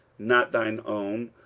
not thine own,